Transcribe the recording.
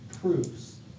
proves